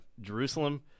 Jerusalem